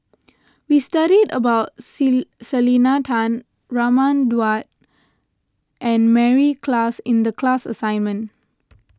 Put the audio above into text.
we studied about Selena Tan Raman Daud and Mary Klass in the class assignment